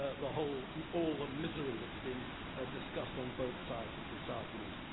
the whole all of misery that's been discussed on both sides of this argument.